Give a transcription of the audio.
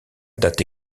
date